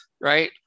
right